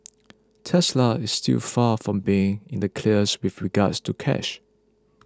Tesla is still far from being in the clear with regards to cash